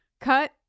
cut